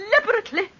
deliberately